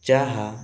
ଯାହା